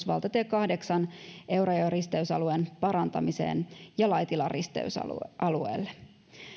valtatie kahdeksan eurajoen risteysalueen parantamiseen ja laitilan risteysalueelle